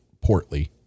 portly